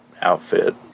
outfit